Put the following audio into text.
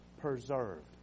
preserved